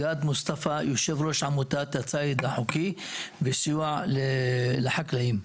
אני יושב-ראש עמותת הציד החוקי וסיוע לחקלאים.